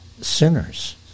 sinners